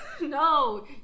No